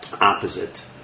opposite